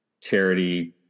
charity